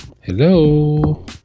Hello